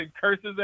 curses